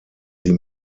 sie